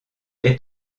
est